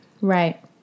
Right